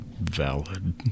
valid